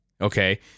Okay